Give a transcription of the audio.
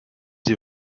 sie